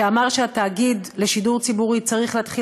שאמר שהתאגיד לשידור ציבורי צריך להתחיל